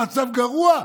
המצב גרוע?